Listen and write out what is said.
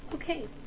Okay